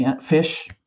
fish